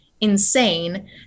insane